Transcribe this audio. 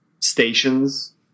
stations